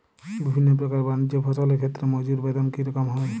বিভিন্ন প্রকার বানিজ্য ফসলের ক্ষেত্রে মজুর বেতন কী রকম হয়?